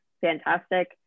fantastic